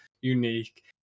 unique